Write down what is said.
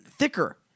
Thicker